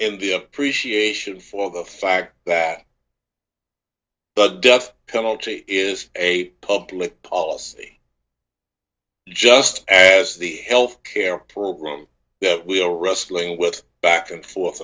in the appreciation for the fact that the death penalty is a public policy just as the health care program that we are wrestling with back and forth